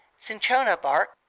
cinchona bark,